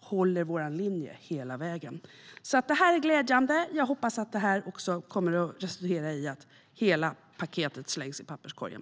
håller vår linje hela vägen. Yttrandet är glädjande, och jag hoppas att det resulterar i att hela paketet slängs i papperskorgen.